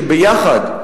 שביחד,